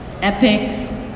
epic